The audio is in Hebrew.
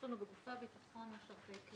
יש לנו בגופי הביטחון משרתי קבע.